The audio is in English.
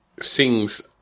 sings